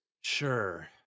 Sure